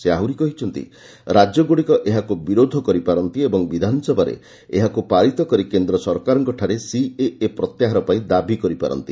ସେ ଆହୁରି କହିଛନ୍ତି ରାଜ୍ୟଗୁଡ଼ିକ ଏହାକୁ ବିରୋଧ କରିପାରନ୍ତି ଏବଂ ବିଧାନସଭାରେ ଏହାକୁ ପାରିତ କରି କେନ୍ଦ୍ର ସରକାରଙ୍କଠାରେ ସିଏଏ ପ୍ରତ୍ୟାହାର ପାଇଁ ଦାବି କରିପାରନ୍ତି